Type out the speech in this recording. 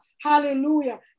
hallelujah